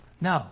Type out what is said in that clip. No